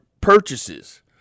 purchases